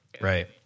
Right